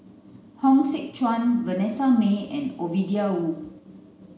Hong Sek Chern Vanessa Mae and Ovidia Yu